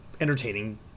entertaining